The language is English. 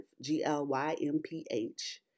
G-L-Y-M-P-H